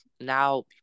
now